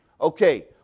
Okay